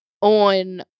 on